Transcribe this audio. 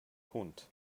hunt